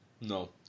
no